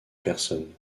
personne